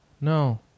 no